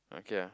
okay ah